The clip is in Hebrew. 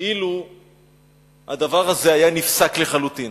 אילו הדבר הזה היה נפסק לחלוטין.